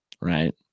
right